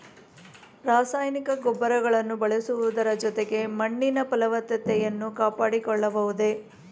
ರಾಸಾಯನಿಕ ಗೊಬ್ಬರಗಳನ್ನು ಬಳಸುವುದರ ಜೊತೆಗೆ ಮಣ್ಣಿನ ಫಲವತ್ತತೆಯನ್ನು ಕಾಪಾಡಿಕೊಳ್ಳಬಹುದೇ?